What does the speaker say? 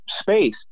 space